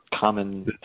common